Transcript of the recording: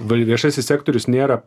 val viešasis sektorius nėra